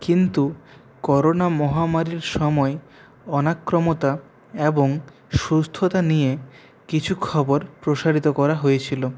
কিন্তু করোনা মহামারীর সময় অনাক্রম্যতা এবং সুস্থতা নিয়ে কিছু খবর প্রচারিত করা হয়েছিল